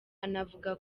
anavuga